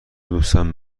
دوستم